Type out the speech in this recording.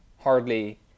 hardly